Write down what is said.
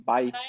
Bye